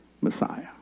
Messiah